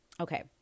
Okay